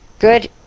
Good